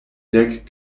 dek